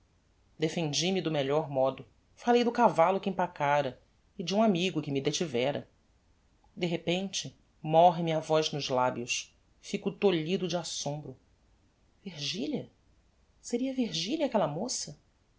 cedo defendi me do melhor modo fallei do cavallo que empacara e de um amigo que me detivera de repente morre me a voz nos labios fico tolhido de assombro virgilia seria virgilia aquella moça